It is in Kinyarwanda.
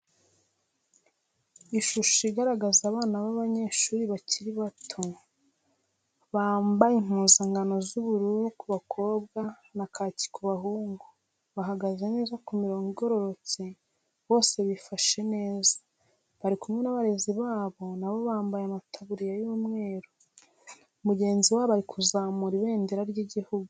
Ishusho igaragaza abana b'abanyeshuri bakiri bato, bambaye impuzankano z'ubururu ku bakobwa na kaki ku bahungu, bahagaze neza ku mirongo igororotse bose bifashe neza, bari kumwe n'abarezi babo na bo bambaye amataburiya y'umweru mugenzi wabo ari kuzamura ibendera ry'igihugu.